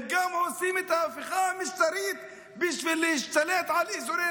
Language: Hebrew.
הם גם עושים את ההפיכה המשטרית בשביל להשתלט על אזורי